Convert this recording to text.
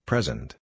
Present